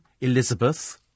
Elizabeth